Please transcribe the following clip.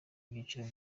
ibyiciro